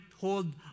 hold